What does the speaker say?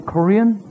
Korean